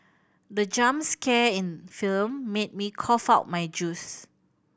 the jump scare in the film made me cough out my juice